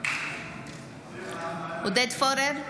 עודד פורר,